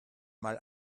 mal